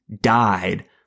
died